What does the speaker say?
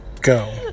go